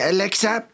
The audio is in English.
Alexa